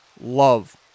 love